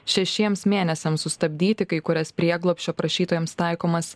šešiems mėnesiams sustabdyti kai kurias prieglobsčio prašytojams taikomas